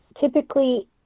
typically